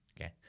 okay